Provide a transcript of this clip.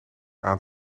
aan